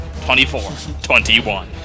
24-21